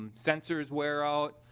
censors wear out.